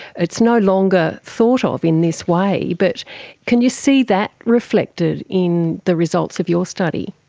it's no longer thought of in this way, but can you see that reflected in the results of your study?